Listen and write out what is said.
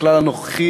הכלל הנוכחי